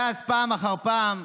ואז, פעם אחר פעם,